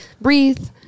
Breathe